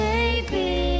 Baby